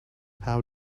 how